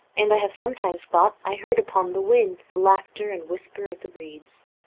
and i have sometimes thought i heard upon the wind the laughter and whisper of the reeds.